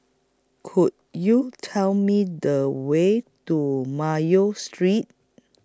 Could YOU Tell Me The Way to Mayo Street